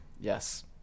yes